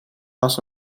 was